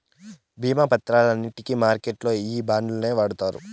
భీమా పత్రాలన్నింటికి మార్కెట్లల్లో ఈ బాండ్లనే వాడుతారు